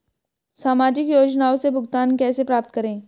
सामाजिक योजनाओं से भुगतान कैसे प्राप्त करें?